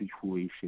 situation